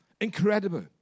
Incredible